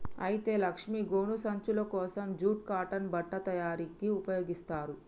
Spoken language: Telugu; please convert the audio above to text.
అయితే లక్ష్మీ గోను సంచులు కోసం జూట్ కాటన్ బట్ట తయారీకి ఉపయోగిస్తారు